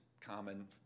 common